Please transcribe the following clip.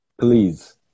please